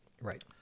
Right